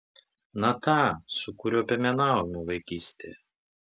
na tą su kuriuo piemenavome vaikystėje